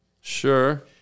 Sure